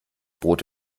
brot